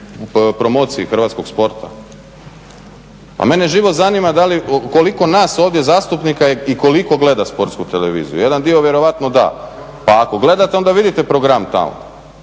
promociji hrvatskog sporta. Pa mene živo zanima koliko nas ovdje zastupnika je i koliko gleda sportsku televiziju. Jedan dio vjerojatno da pa ako gledate onda vidite program tamo.